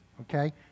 okay